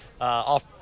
off